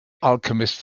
alchemist